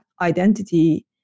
identity